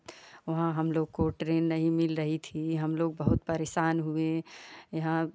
वहाँ हम लोग को ट्रेन नहीं मिल रही थी हम लोग बहुत परेशान हुए यहाँ